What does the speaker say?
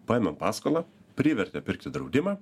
paėmėm paskolą privertė pirkti draudimą